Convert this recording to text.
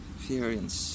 Experience